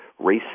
racist